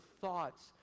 thoughts